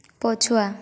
ପଛୁଆ